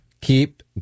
Keep